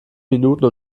minuten